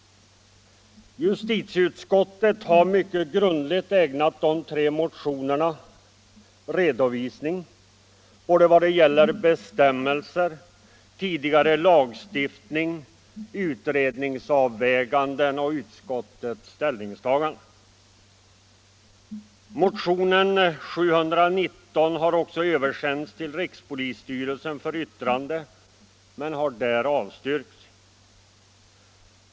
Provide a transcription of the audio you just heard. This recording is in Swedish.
Justitieutskottet har mycket grundligt ägnat de tre motionerna redovisning av gällande bestämmelser, tidigare lagstiftning, utredningsavväganden och utskottets ställningstagande. Motionen 719 har också översänts till rikspolisstyrelsen för yttrande men har där avstyrkts.